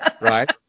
right